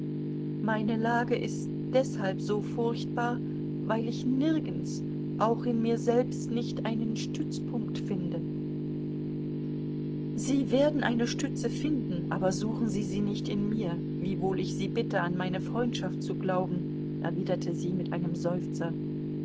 meine lage ist deshalb so furchtbar weil ich nirgends auch in mir selbst nicht einen stützpunkt finde sie werden eine stütze finden aber suchen sie sie nicht in mir wiewohl ich sie bitte an meine freundschaft zu glauben erwiderte sie mit einem seufzer